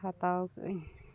ᱦᱟᱛᱟᱣ ᱠᱟᱹᱜᱼᱟᱹᱧ